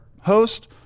host